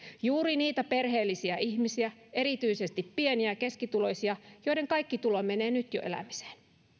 juuri niitä perheellisiä ihmisiä erityisesti pieni ja keskituloisia joiden kaikki tulo menee nyt jo elämiseen